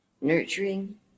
nurturing